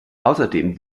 außerdem